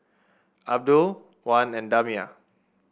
Abdul Wan and Damia